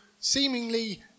seemingly